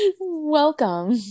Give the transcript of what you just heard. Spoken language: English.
Welcome